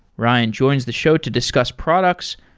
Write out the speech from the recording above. ryan joins the show to discuss products,